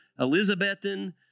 Elizabethan